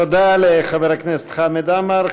תודה לחבר הכנסת חמד עמאר.